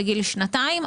בגיל שנתיים,